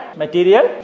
material